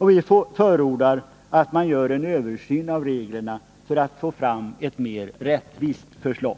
Vi förordar att man gör en översyn av reglerna för att få fram ett mer rättvist förslag.